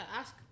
ask